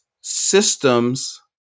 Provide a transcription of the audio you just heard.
systems